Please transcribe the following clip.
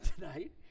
tonight